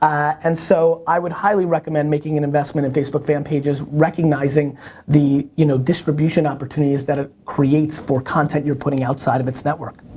and so i would highly recommend making an investment in facebook fan pages, recognizing the you know distribution opportunities that it ah creates for content you're putting outside of its network.